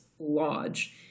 lodge